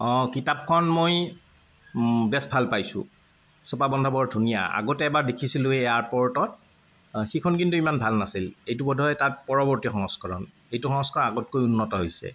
অঁ কিতাপখন মই বেছ ভাল পাইছোঁ চপা বন্ধা বৰ ধুনীয়া আগতে এবাৰ দেখিছিলোঁ এই এয়াৰপৰ্টত সিখন কিন্তু ইমান ভাল নাছিল এইটো বোধহয় তাৰ পৰৱৰ্তী সংস্কৰণ এইটো সংস্কাৰ আগতকৈ উন্নত হৈছে